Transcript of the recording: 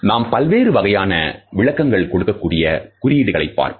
நாம் பல்வேறு வகையான விளக்கங்கள் கொடுக்ககூடிய குறியீடுகளை பார்ப்போம்